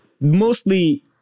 mostly